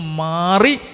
mari